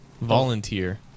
volunteer